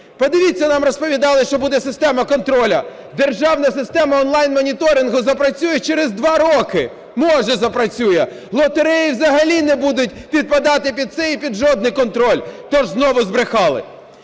Подивіться, нам розповідали, що буде система контролю. Державна система онлайн-моніторингу запрацює через 2 роки, може запрацює, лотереї взагалі не будуть підпадати під це і під жодний контроль, то ж знову збрехали.